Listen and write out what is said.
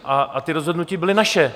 A ta rozhodnutí byla naše.